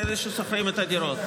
אלה ששוכרים את הדירות.